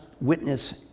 witness